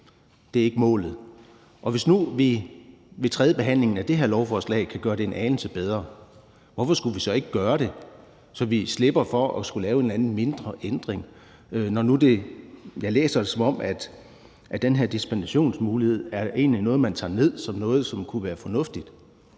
Det er ikke målet. Og hvis vi nu ved tredjebehandlingen af det her lovforslag kan gøre det en anelse bedre, hvorfor skulle vi så ikke gøre det, så vi slipper for at skulle lave en eller anden mindre ændring? Jeg læser det, som om den her dispensationsmulighed egentlig er noget, man tager ned som noget, der kunne være fornuftigt.